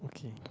okay